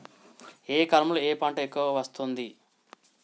ఏ కాలంలో ఏ పంట ఎక్కువ వస్తోంది?